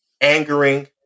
angering